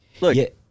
Look